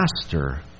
Master